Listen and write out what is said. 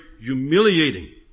humiliating